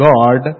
God